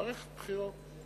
מערכת בחירות.